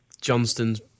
Johnston's